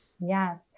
Yes